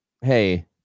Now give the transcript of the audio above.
hey